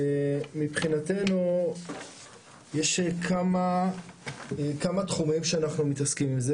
מבחינתנו יש כמה תחומים שאנחנו מתעסקים עם זה,